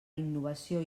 innovació